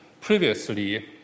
previously